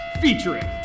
featuring